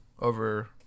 over